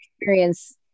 experience